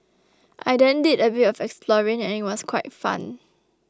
I then did a bit of exploring and it was quite fun